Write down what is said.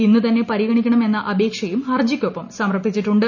ഇന്ന് തന്നെ പരിഗണിക്കണം എന്ന അപേക്ഷയും ഹർജിക്കൊപ്പം സമർപ്പിച്ചിട്ടുണ്ട്